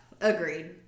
agreed